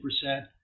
percent